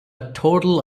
total